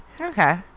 Okay